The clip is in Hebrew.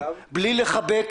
בלי לחבק,